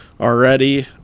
already